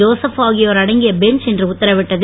Joseph ஆகியோர் அடங்கிய bench இன்று உத்தரவிட்டது